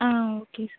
ah okay sir